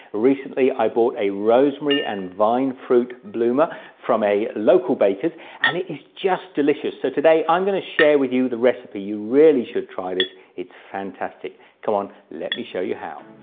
recently i bought a rosemary and vine fruit bloomer from a local bakers and it is just delicious, so today i'm going to share with you the recipe, you really should try this it's fantastic come on let me show you how